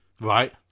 Right